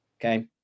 Okay